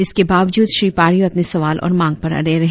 इसके बावजूद श्री पारियो अपने सवाल और मांग पर अड़े रहे